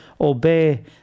obey